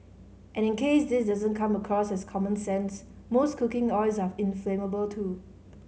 and in case this doesn't come across as common sense most cooking oils are inflammable too